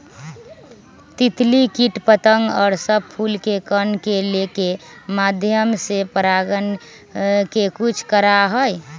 तितली कीट पतंग और सब फूल के कण के लेके माध्यम से परागण के कुछ करा हई